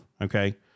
okay